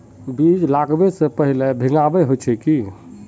बीज लागबे से पहले भींगावे होचे की?